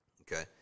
Okay